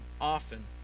often